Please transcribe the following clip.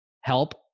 help